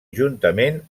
juntament